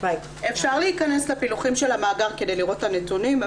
אפשר להכנס לפילוחים של המאגר כדי לראות את הנתונים,